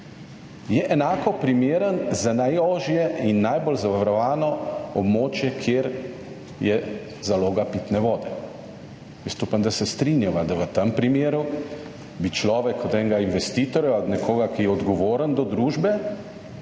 je enako primeren za najožje in najbolj zavarovano območje, kjer je zaloga pitne vode. Jaz upam, da se strinjava, da v tem primeru bi človek od enega investitorja, od nekoga, ki je odgovoren do družbe